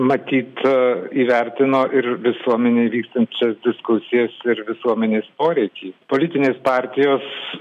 matyt įvertino ir visuomenėj vykstančias diskusijas ir visuomenės poreikį politinės partijos